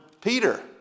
Peter